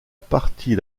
partie